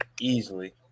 easily